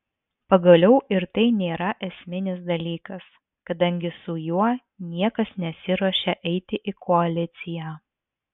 pagaliau ir tai nėra esminis dalykas kadangi su juo niekas nesiruošia eiti į koaliciją